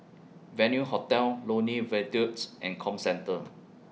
Venue Hotel Lornie Viaducts and Comcentre